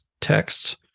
texts